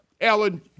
Alan